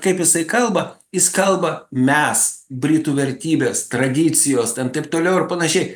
kaip jisai kalba jis kalba mes britų vertybės tradicijos ten taip toliau ir panašiai